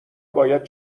باید